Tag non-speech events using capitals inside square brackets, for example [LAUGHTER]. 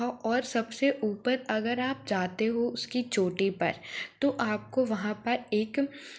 [UNINTELLIGIBLE] और सबसे ऊपर अगर आप जाते हो उसकी चोटी पर तो आपको वहाँ पर एक